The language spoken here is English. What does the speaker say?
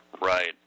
Right